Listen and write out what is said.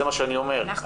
זה מה שאני אומר.